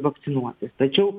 vakcinuotis tačiau